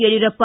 Yediyurappa